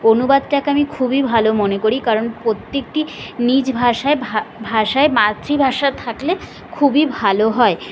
অনুবাদটাকে আমি খুবই ভালো মনে করি কারণ প্রত্যেকটি নিজ ভাষায় ভাষায় মাতৃভাষা থাকলে খুবই ভালো হয়